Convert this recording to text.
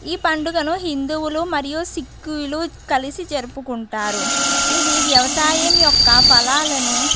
ఈ పండుగను హిందువులు మరియు సిక్కియులు కలసి జరుపుకుంటారు ఇది వ్యవసాయం యొక్క ఫలాలను